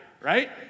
right